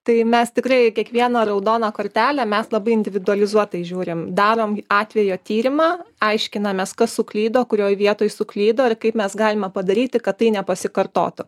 tai mes tikrai kiekvieną raudoną kortelę mes labai individualizuotai žiūrim darom atvejo tyrimą aiškinamės kas suklydo kurioj vietoj suklydo ir kaip mes galime padaryti kad tai nepasikartotų